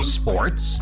sports